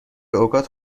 اوقات